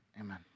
amen